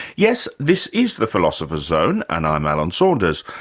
yes, this is the philosopher's zone and i'm alan saunders,